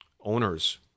owners